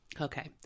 okay